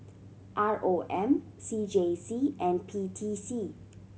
R O M C J C and P T C